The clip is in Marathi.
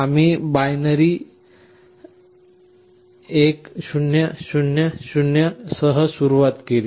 आम्ही 1 0 0 0 सह सुरुवात केली